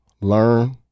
learn